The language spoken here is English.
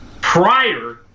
prior